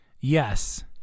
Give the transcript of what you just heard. yes